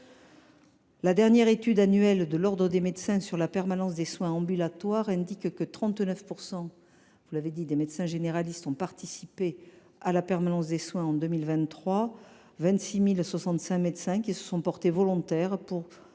La dernière étude annuelle de l’ordre des médecins sur la permanence des soins ambulatoires indique que 39 % des médecins généralistes ont participé à la permanence des soins en 2023 – vous l’avez rappelé vous même.